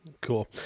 Cool